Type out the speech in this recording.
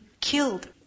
killed